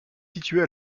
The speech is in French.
située